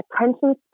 attention